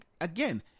Again